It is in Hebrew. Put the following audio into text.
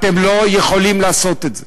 אתם לא יכולים לעשות את זה.